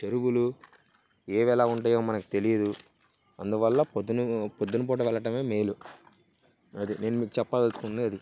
చెరువులు ఏవెలా ఉంటయో మనకి తెలియదు అందువల్ల పొద్దున పొద్దున పూట వెళ్లటమే మేలు అది నేను మీకు చెప్పదలుకుంది అది